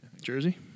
Jersey